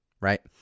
right